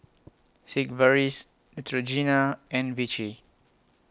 Sigvaris Neutrogena and Vichy